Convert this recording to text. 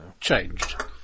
Changed